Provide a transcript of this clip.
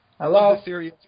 Hello